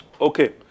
Okay